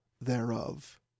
thereof